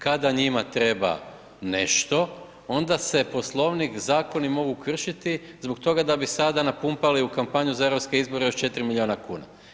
Kada njima treba nešto, onda se Poslovnik i zakoni mogu kršiti zbog toga da bi sada napumpali u kampanju za EU izbore još 4 milijuna kuna.